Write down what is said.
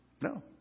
No